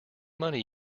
money